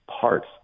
parts